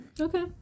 Okay